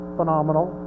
phenomenal